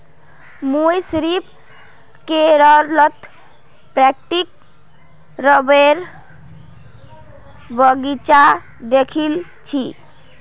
मुई सिर्फ केरलत प्राकृतिक रबरेर बगीचा दखिल छि